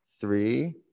Three